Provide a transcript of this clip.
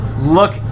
look